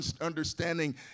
understanding